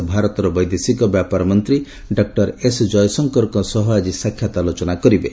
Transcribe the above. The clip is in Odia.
ସେ ଭାରତର ବୈଦେଶିକ ବ୍ୟାପାରମନ୍ତ୍ରୀ ଡକ୍କର ଏସ୍ଜୟଶଙ୍କରଙ୍କ ସହ ଆଜି ସାକ୍ଷାତ ଆଲୋଚନା କରିବେ